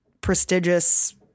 prestigious